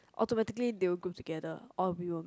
automatically they will group together all of you will be